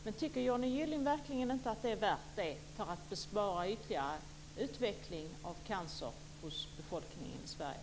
Men tycker Johnny Gylling verkligen inte att det är värt det, för att bespara oss ytterligare utveckling av cancer hos befolkningen i Sverige?